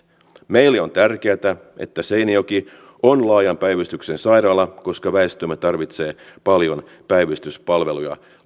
meille on tärkeätä että seinäjoki on laajan päivystyksen sairaala koska väestömme tarvitsee paljon päivystyspalveluja